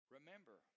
Remember